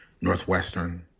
Northwestern